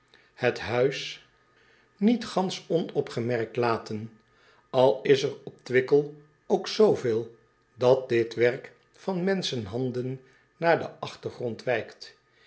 het huis niet gansch onopgemerkt laten al is er op wickel ook zveel dat dit werk van menschenhanden naar den achtergrond wijkt